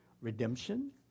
redemption